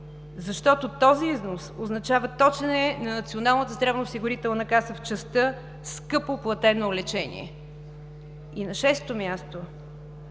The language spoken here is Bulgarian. защото този износ означава точене на Националната здравноосигурителна каса в частта „скъпоплатено лечение“. На шесто място,